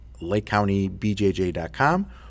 lakecountybjj.com